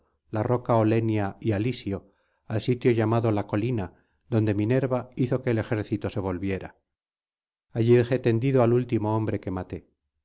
la roca olenia y alisio al sitio llamado la colina donde minerva hizo que el ejército se volviera allí dejé tendido al último hombre que maté